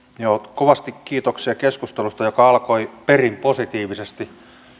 kovasti kiitoksia keskustelusta joka alkoi perin positiivisesti